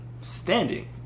standing